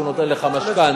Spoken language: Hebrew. עד שהוא נותן לך משכנתה,